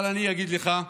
אבל אני אגיד לך,